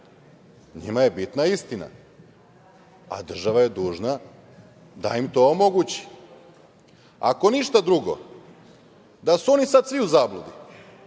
Njima je bitna istina, a država je dužna da im to omogući. Ako ništa drugo, da su oni sad svi u zabludi